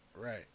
right